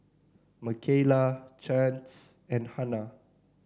Makayla Chance and Hanna